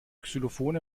xylophone